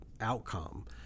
outcome